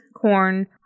corn